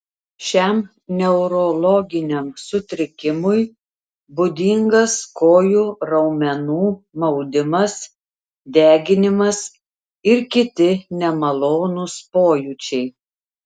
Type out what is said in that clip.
šiam neurologiniam sutrikimui būdingas kojų raumenų maudimas deginimas ir kiti nemalonūs pojūčiai